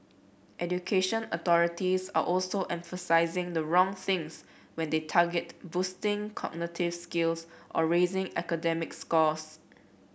education authorities are also emphasising the wrong things when they target boosting cognitive skills or raising academic scores